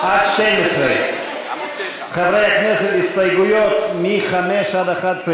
קסניה סבטלובה, איילת נחמיאס ורבין,